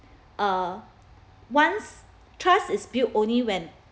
uh once trust is built only when